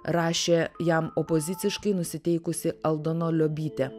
rašė jam opoziciškai nusiteikusi aldona liobytė